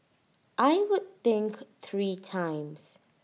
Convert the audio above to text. I would think three times